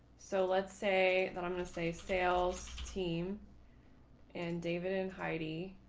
so let's say that i'm going to say sales team and david and heidi.